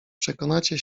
przekonacie